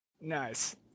Nice